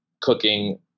cooking